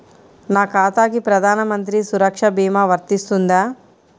నా ఖాతాకి ప్రధాన మంత్రి సురక్ష భీమా వర్తిస్తుందా?